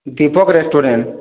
Deepak restaurant